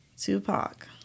Tupac